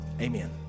amen